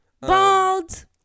Bald